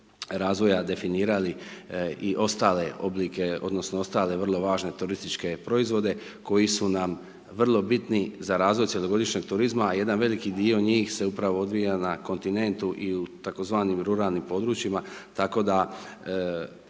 razvoja definirali i ostale oblike odnosno ostale vrlo važne turističke proizvode koji su nam vrlo bitni za razvoj cjelogodišnjeg turizma. Jedan veliki dio njih se upravo odvija na kontinentu i tzv. ruralnim područjima. Tako da